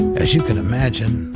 as you can imagine,